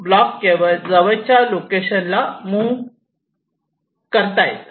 block केवळ जवळच्या लोकेशनला मूव्ह करता येतात